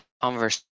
conversation